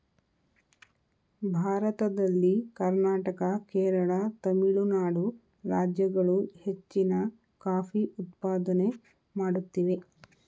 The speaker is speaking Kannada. ಭಾರತದಲ್ಲಿ ಕರ್ನಾಟಕ, ಕೇರಳ, ತಮಿಳುನಾಡು ರಾಜ್ಯಗಳು ಹೆಚ್ಚಿನ ಕಾಫಿ ಉತ್ಪಾದನೆ ಮಾಡುತ್ತಿವೆ